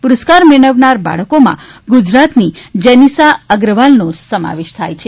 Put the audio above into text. પુરસ્કાર મેળવનાર બાળકોમાં ગુજરાતની જેનીસા અગ્રવાલનો સમાવેશ થાય છે